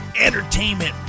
entertainment